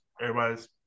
everybody's